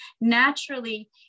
Naturally